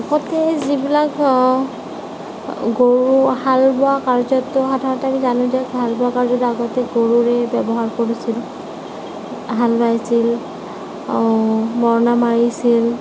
আগতে যিবিলাক গৰু হাল বোৱা কাৰ্যত আমি জানো যে হাল বোৱা কাৰ্যত আগতে গৰুৱেই ব্য়ৱহাৰ কৰিছিল হাল বাইছিল মৰণা মাৰিছিল